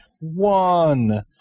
one